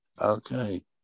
Okay